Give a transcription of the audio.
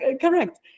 correct